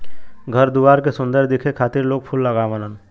घर दुआर के सुंदर दिखे खातिर लोग फूल लगावलन